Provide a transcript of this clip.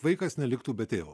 vaikas neliktų be tėvo